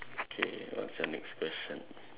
okay what's your next question